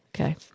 Okay